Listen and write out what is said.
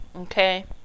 Okay